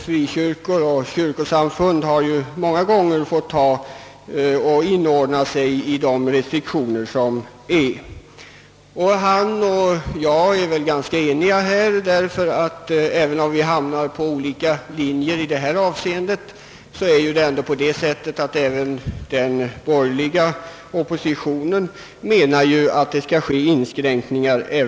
Frikyrkor och kyrkosamfund har fått foga sig i gällande restriktioner. Han och jag är väl ganska eniga, även om vi just i detta avseende hamnat på olika linjer. Också den borgerliga oppositioen menar ju att det skall ske inskränkningar.